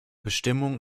bestimmungen